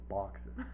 boxes